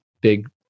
big